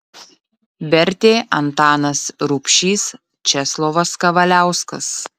vertė antanas rubšys česlovas kavaliauskas